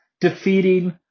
defeating